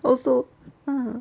oh so